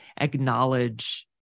acknowledge